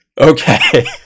Okay